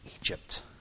Egypt